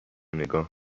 نگاه